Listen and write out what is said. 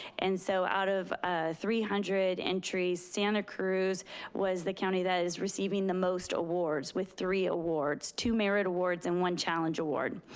and so out of ah three hundred entries, santa cruz was the county that is receiving the most awards with three awards, two merit awards and one challenge award.